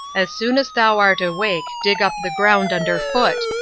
as soon as thou art awake dig up the ground underfoot,